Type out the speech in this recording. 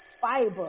fiber